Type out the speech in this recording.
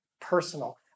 personal